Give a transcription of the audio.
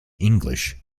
english